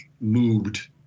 moved